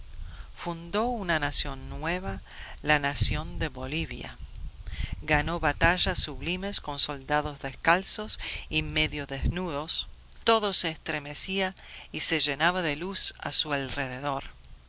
fundó una nación nueva la nación de bolivia ganó batallas sublimes con soldados descalzos y medio desnudos todo se estremecía y se llenaba de luz a su alrededor